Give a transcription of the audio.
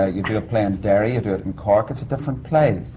ah you do a play in derry. you do it in cork. it's a different play. the.